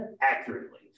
accurately